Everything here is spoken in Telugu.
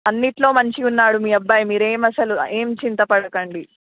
అన్నింటిలో మంచిగా ఉన్నాడు మీ అబ్బాయి మీరు ఏమి అసలు ఏమి చింతపడకండి